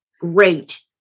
great